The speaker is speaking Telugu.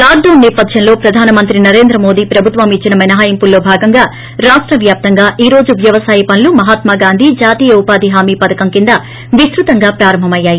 లాక్డాన్ సేపథ్యంలో ప్రధాన మంత్రి నరేంద్ర మోడీ ప్రభుత్వం ఇచ్చిన మినహాయింపుల్లో భాగంగా రాష్ర వ్యాప్తంగా ఈ రోజు వ్యవసాయ పనులు మహాత్మాగాందీ జాతీయ ఉపాధి హామీ పథకం కింద విస్తృతంగా ప్రారంభమయ్యాయి